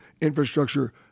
infrastructure